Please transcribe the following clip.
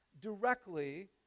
directly